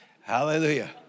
Hallelujah